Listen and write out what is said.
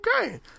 okay